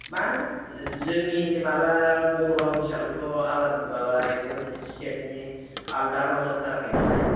मानो जोंनि माबा बर' राव हिसाबैथ' आलादा माबा एकदम स्टेटनि आलादा राव जाथाराखै नालाय